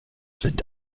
sind